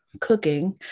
cooking